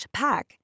pack